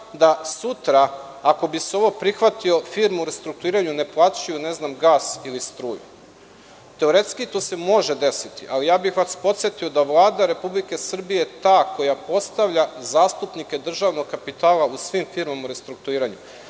da sutra, ako bi se ovo prihvatilo, firme u restrukturiranju ne plaćaju gas ili struju. Teoretski to se može desiti, ali bih vas podsetio da Vlada Republike Srbije je ta koja postavlja zastupnike državnog kapitala u svim firmama u restrukturiranju